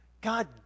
God